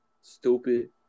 Stupid